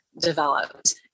developed